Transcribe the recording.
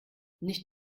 nicht